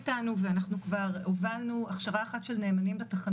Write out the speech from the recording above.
הגיעה העת לשנות.